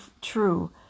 true